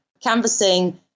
canvassing